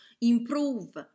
improve